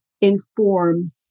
inform